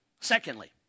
Secondly